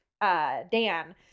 Dan